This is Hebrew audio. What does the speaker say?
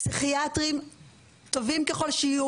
פסיכיאטרים טובים ככל שיהיו